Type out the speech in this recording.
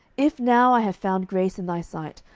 if now i have found grace in thy sight,